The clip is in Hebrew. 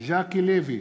ז'קי לוי,